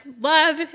love